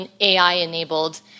AI-enabled